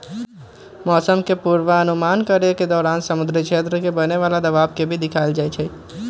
मौसम के पूर्वानुमान करे के दौरान समुद्री क्षेत्र में बने वाला दबाव के भी देखल जाहई